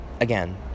again